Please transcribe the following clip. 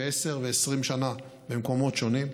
עשר ו-20 שנה במקומות שונים.